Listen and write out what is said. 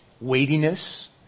weightiness